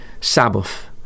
Sabbath